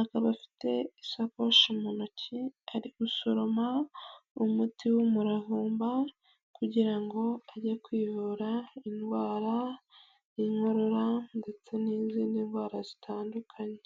akaba afite isakoshi mu ntoki ari gusoroma umuti w'umuravumba, kugira ngo ajye kwivura indwara, inkorora ndetse n'izindi ndwara zitandukanye.